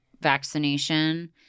vaccination